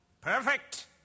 Perfect